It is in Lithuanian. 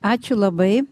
ačiū labai